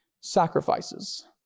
Sacrifices